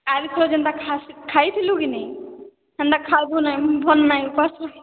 ଆହୁରି କହୁଛନ ଏନ୍ତା ଖାଇଥିଲୁ କି ନାହିଁ ହେନ୍ତା ଖାଇବୁ ନାହିଁ ଭଲ ନାହିଁ ଉପାସ